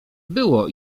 było